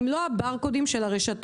הם לא הברקודים של הרשתות.